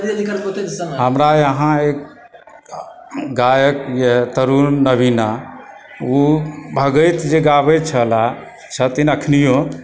हमरा यहाँ एक गायकए तरुण नवीना ओ भगति जे गाबय छलऽ छथिन अखनियो